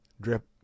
drip